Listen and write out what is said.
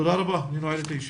תודה רבה, אני נועל את הישיבה.